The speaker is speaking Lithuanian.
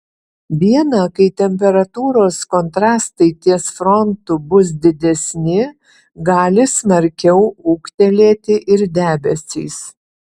dieną kai temperatūros kontrastai ties frontu bus didesni gali smarkiau ūgtelėti ir debesys